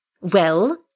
Well